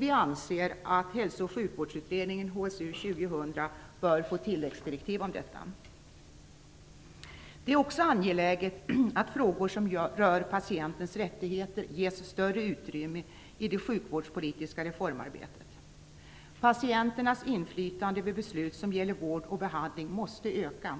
Vi anser att Hälso och sjukvårdsutredningen HSU 2000 bör få tilläggsdirektiv om detta. Det är också angeläget att frågor som rör patientens rättigheter ges större utrymme i det sjukvårdspolitiska reformarbetet. Patienternas inflytande över beslut som gäller vård och behandling måste öka.